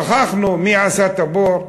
שכחנו מי עשה את הבור,